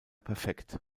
perfekt